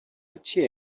چیه